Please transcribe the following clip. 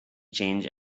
change